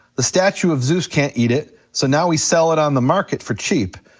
the statue of zeus can't eat it, so now we sell it on the market for cheap.